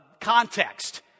context